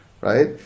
right